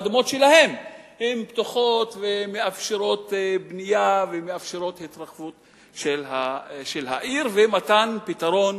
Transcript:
האדמות שלהם פתוחות ומאפשרות בנייה ומאפשרות התרחבות של העיר ומתן פתרון